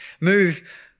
move